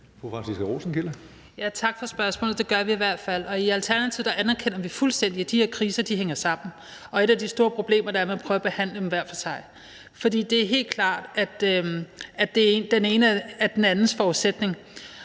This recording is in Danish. Franciska Rosenkilde (ALT): Tak for spørgsmålet. Det gør vi i hvert fald. I Alternativet anerkender vi fuldstændig, at de her kriser hænger sammen. Og et af de store problemer er, at man prøver at behandle dem hver for sig. Det er helt klart, at den ene er den andens forudsætning,